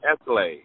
Escalade